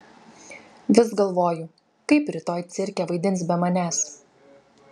vis galvoju kaip rytoj cirke vaidins be manęs